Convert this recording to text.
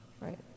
Right